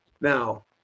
Now